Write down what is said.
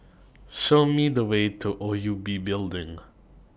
Show Me The Way to O U B Building